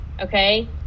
okay